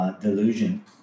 delusion